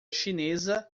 chinesa